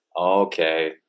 okay